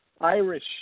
Irish